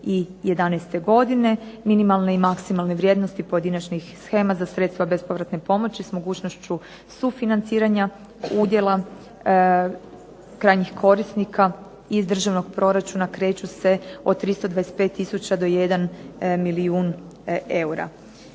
2011. godine. Minimalne i maksimalne vrijednosti pojedinačnih shema za sredstva bespovratne pomoći s mogućnošću sufinanciranja udjela krajnjih korisnika iz državnog proračuna kreću se od 325000 do 1 milijun eura.